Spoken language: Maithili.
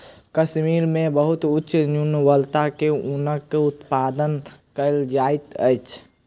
कश्मीर मे बहुत उच्च गुणवत्ता के ऊनक उत्पादन कयल जाइत अछि